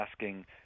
asking